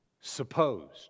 Supposed